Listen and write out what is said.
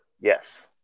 Yes